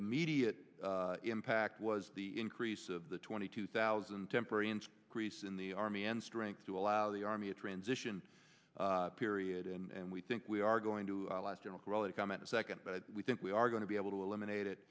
immediate impact was the increase of the twenty two thousand temporary and crease in the army end strength to allow the army a transition period and we think we are going to last comment a second but we think we are going to be able to eliminate it